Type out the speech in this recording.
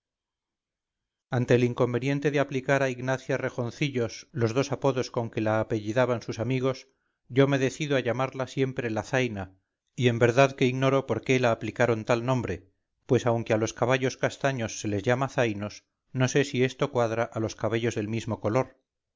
ante el inconveniente de aplicar a ignacia rejoncillos los dos apodos con que la apellidaban sus amigos yo me decido a llamarla siempre la zaina y en verdad que ignoro por qué la aplicaron tal nombre pues aunque a los caballos castaños se les llama zainos no sé si esto cuadra a los cabellos del mismo color